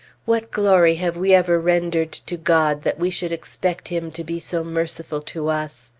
what glory have we ever rendered to god that we should expect him to be so merciful to us?